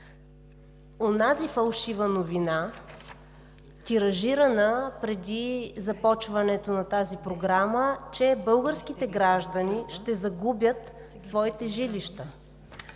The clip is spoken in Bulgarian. онази фалшива новина, тиражирана преди започването на тази програма, че българските граждани ще загубят своите жилища,